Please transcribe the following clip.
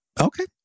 Okay